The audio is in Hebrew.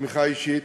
תמיכה אישית,